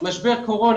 משבר קורונה,